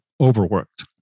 overworked